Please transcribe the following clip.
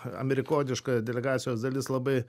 amerikoniška delegacijos dalis labai